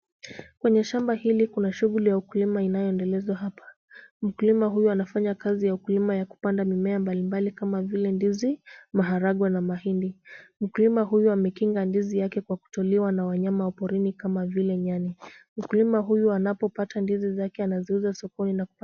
Kwenye shamba hili hili kuna shughuli ya ukulima ambayo inaendelezwa hapa. Mkulima huyu anafanya kazi ya ukulima ya kupanda mimea mbalimbali kama vile ndizi, maharagwe na mahindi. Mkulima huyu amekinga ndizi yake kwa kutoliwa na wanyamaporini kama vile nyani. Mkulima huyu anapopata ndizi zake anaziuza sokoni.